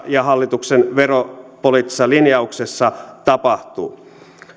ja hallituksen veropoliittisessa linjauksessa tapahtuu